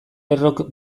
errok